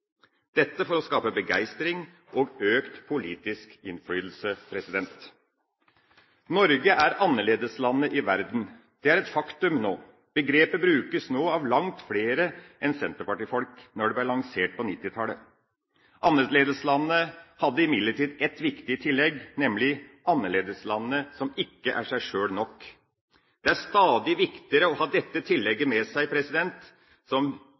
dette for å skape begeistring og økt politisk innflytelse. Norge er annerledeslandet i verden. Det er et faktum nå. Begrepet brukes nå av langt flere enn senterpartifolk i motsetning til da det ble lansert på 1990-tallet. Annerledeslandet hadde imidlertid et viktig tillegg, nemlig annerledeslandet som ikke er seg sjøl nok. Det er stadig viktigere å ha dette tillegget med seg som vitnesbyrd om en internasjonal solidaritetstankegang. Som